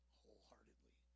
wholeheartedly